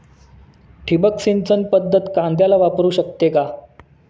ठिबक सिंचन पद्धत कांद्याला वापरू शकते का?